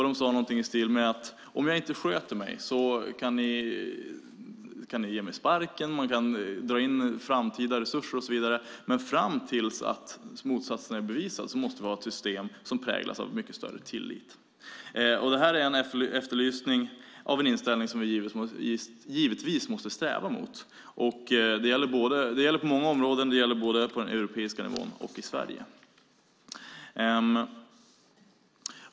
De sade någonting i stil med: Om jag inte sköter mig kan ni ge mig sparken, dra in framtida resurser och så vidare, men fram tills att motsatsen är bevisad måste vi ha ett system som präglas av mycket större tillit. Detta är en efterlysning av en inställning som vi givetvis måste sträva mot. Det gäller på många olika områden både på den europeiska nivån och i Sverige.